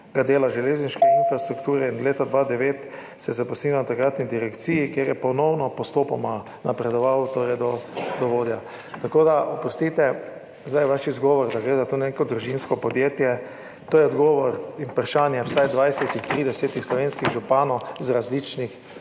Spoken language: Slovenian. dela železniške infrastrukture, in leta 2009 se je zaposlil na takratni direkciji, kjer je ponovno postopoma napredoval do vodje. Tako da, oprostite, zdaj vaš izgovor, da tu ne gre za neko družinsko podjetje – tu je odgovor in vprašanje vsaj 20, 30 slovenskih županov iz različnih